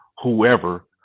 whoever